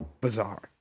bizarre